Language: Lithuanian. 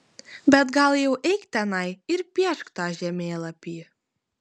bet gal jau eik tenai ir piešk tą žemėlapį